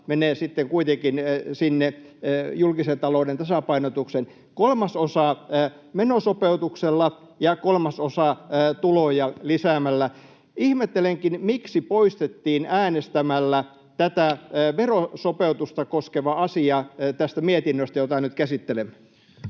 menee sitten kuitenkin sinne julkisen talouden tasapainotukseen — kolmasosa menosopeutuksella ja kolmasosa tuloja lisäämällä. Ihmettelenkin, miksi poistettiin äänestämällä tätä verosopeutusta koskeva asia tästä mietinnöstä, jota nyt käsittelemme.